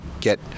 get